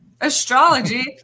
Astrology